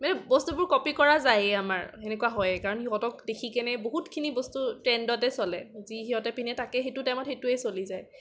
মানে বস্তুবোৰ কপি কৰা যায়েই আমাৰ সেনেকুৱা হয়েই কাৰণ সিহঁতক দেখি কেনি বহুতখিনি বস্তু ট্ৰেণ্ডতে চলে যি সিহঁতে পিন্ধে তাকে সেইটো টাইমত সেইটোৱে চলি যায়